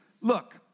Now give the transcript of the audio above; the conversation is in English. look